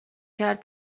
کرد